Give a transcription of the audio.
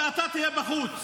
-- הם יהיו, ואתה תהיה בחוץ.